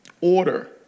order